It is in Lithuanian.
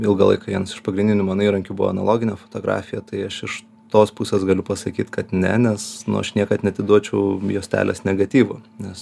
ilgalaikių vienas iš pagrindinių mano įrankių buvo analoginė fotografija tai aš iš tos pusės galiu pasakyt kad ne nes nu aš niekad neatiduočiau juostelės negatyvo nes